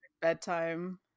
bedtime